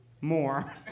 more